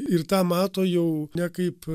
ir tą mato jau ne kaip